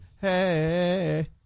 hey